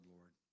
Lord